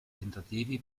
tentativi